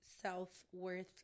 self-worth